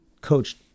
coached